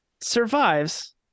survives